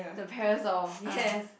the parasol yes